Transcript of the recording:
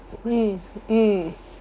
mm mm